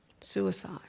suicide